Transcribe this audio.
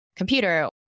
computer